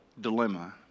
dilemma